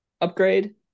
upgrade